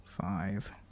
five